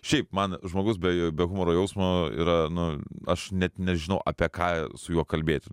šiaip man žmogus be be humoro jausmo yra nu aš net nežinau apie ką su juo kalbėti